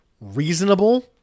reasonable